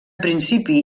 principi